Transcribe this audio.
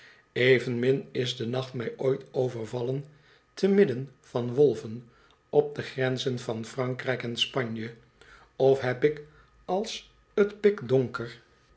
evenmin is de nacht mij ooit overvallen te midden van wolven op de grenzen van frankr ij k en spanje of heb ik als t pikdonker